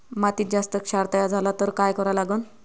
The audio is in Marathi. मातीत जास्त क्षार तयार झाला तर काय करा लागन?